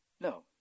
No